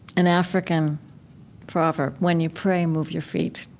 an african proverb, when you pray, move your feet,